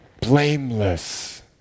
blameless